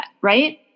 right